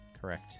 Correct